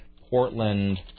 Portland